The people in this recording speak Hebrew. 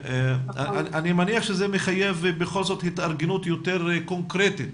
אני מניח שזה מחייב בכל זאת התארגנות יותר קונקרטית